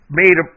made